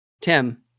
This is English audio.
Tim